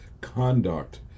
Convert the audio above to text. conduct